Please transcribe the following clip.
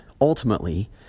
ultimately